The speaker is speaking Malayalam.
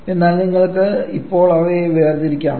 എന്നാൽ നിങ്ങൾക്ക് ഇപ്പോൾ അവയെ വേർതിരിക്കാമോ